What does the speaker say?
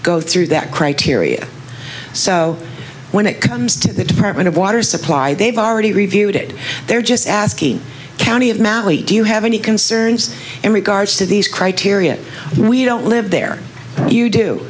go through that criteria so when it comes to the department of water supply they've already reviewed it they're just asking county of mally do you have any concerns in regards to these criteria we don't live there you do